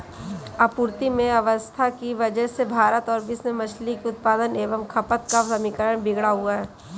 आपूर्ति में अव्यवस्था की वजह से भारत और विश्व में मछली के उत्पादन एवं खपत का समीकरण बिगड़ा हुआ है